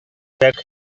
back